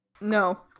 No